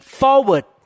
forward